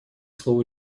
слово